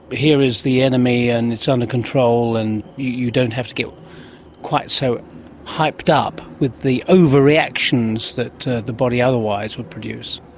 but here is the enemy and it's under control and you don't have to get quite so hyped up with the overreactions that the body otherwise would produce.